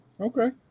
okay